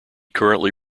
currently